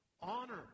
Honor